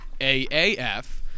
AAF